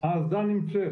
האסדה נמצאת